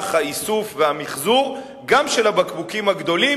האיסוף והמיחזור גם של הבקבוקים הגדולים,